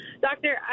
doctor